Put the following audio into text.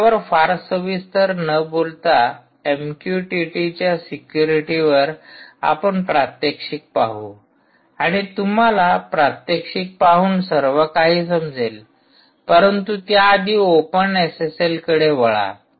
मी यावर फार सविस्तर न बोलता एमक्यूटीटीच्या सिक्युरिटीवर आपण प्रात्यक्षिक पाहू आणि तुम्हाला प्रात्यक्षिक पाहून सर्व काही समजेल परंतु त्याआधी ओपन एसएसएल कडे वळा